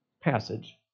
passage